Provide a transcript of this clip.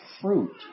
fruit